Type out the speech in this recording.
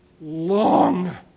long